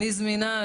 אני זמינה,